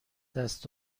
دست